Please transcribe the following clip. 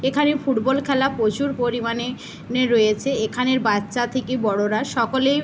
এখানে ফুটবল খেলা প্রচুর পরিমাণে নে রয়েছে এখানের বাচ্চা থেকে বড়রা সকলে